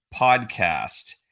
podcast